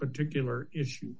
particular issue